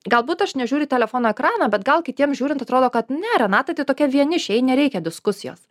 galbūt aš nežiūriu į telefono ekraną bet gal kitiems žiūrint atrodo kad ne renata tai tokia vienišė jai nereikia diskusijos